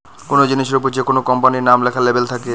কোনো জিনিসের ওপর যেকোনো কোম্পানির নাম লেখা লেবেল থাকে